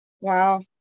Wow